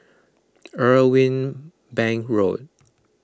Irwell Bank Road